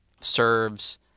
serves